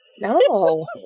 no